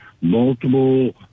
multiple